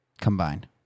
Combined